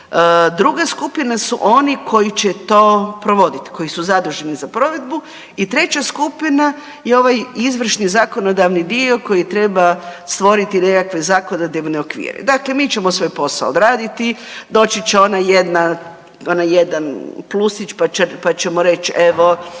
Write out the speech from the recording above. Druga skupina su oni koji će to provodit, koji su zaduženi za provedbu i treća skupina je ovaj izvršni zakonodavni dio koji treba stvoriti nekakve zakonodavne okvire. Dakle, mi ćemo svoj posao odraditi doći će ona jedna, onaj jedan plusić pa ćemo reći evo